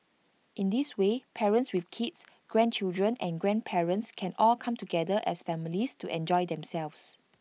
in this way parents with kids grandchildren and grandparents can all come together as families to enjoy themselves